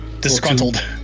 disgruntled